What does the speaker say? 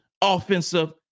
offensive